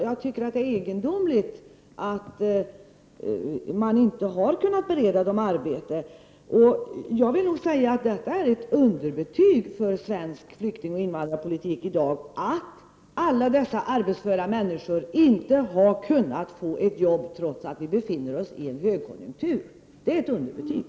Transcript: Jag tycker att det är egendomligt att de inte har kunnat beredas arbete. Det är ett underbetyg för svensk flyktingoch invandrarpolitik att alla dessa arbetsföra människor inte har kunnat få ett jobb trots att Sverige befinner sig i en högkonjunktur. Det är ett underbetyg.